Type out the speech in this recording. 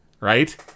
right